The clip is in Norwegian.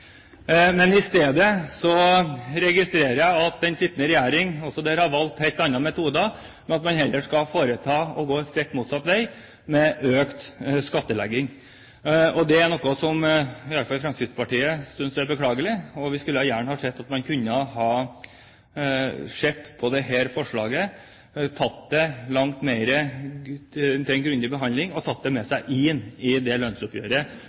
Men i stedet registrerer jeg at den sittende regjering også der har valgt helt andre metoder, ved at man heller skal gå stikk motsatt vei, med økt skattlegging. Og det er noe som i hvert fall Fremskrittspartiet synes er beklagelig. Vi skulle gjerne sett at man kunne ha gitt dette forslaget en langt mer grundig behandling, og tatt det med seg inn i det lønnsoppgjøret